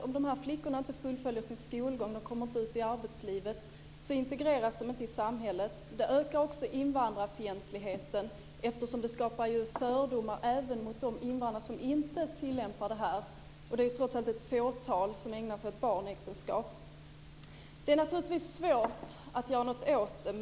Om flickorna inte fullföljer sin skolgång och inte kommer ut i arbetslivet så integreras de inte i samhället. Det ökar också invandrarfientligheten eftersom det ju skapar fördomar även mot de invandrare som inte tillämpar barnäktenskap. Och det är ju trots allt ett fåtal som ägnar sig åt barnäktenskap. Det är naturligtvis svårt att göra något åt det.